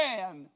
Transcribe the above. man